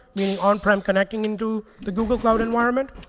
meaning on-prem connecting into the google cloud environment.